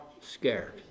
scared